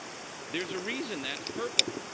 there's a reason that's purple.